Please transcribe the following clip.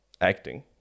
acting